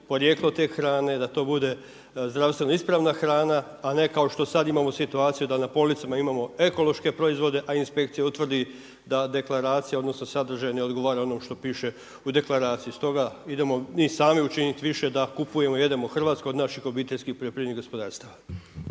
porijeklo te hrane, da to bude zdravstveno ispravna hrana, a ne kao što sad imamo situaciju da policama imamo ekološke proizvode, a inspekcija utvrdi da deklaracija odnosno sadržaj ne odgovara onom što piše u deklaraciji. Stoga, idemo mi sami učiniti više da kupujemo i jedemo hrvatsko, od naših OPG-ova.